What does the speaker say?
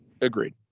Agreed